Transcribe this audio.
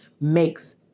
makes